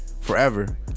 forever